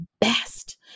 Best